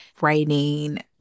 writing